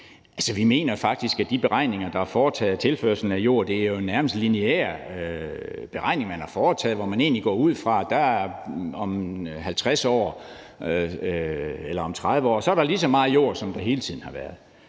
Vi mener faktisk, at de beregninger, der er foretaget af tilførslen af jord, nærmeste er lineære beregninger, hvor man egentlig går ud fra, at der om 50 år eller 30 år er lige så meget jord, som der hele tiden har været.